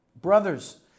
Brothers